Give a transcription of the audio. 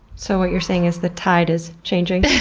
so what you're saying is the tide is changing?